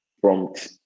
prompt